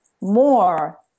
more